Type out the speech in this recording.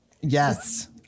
yes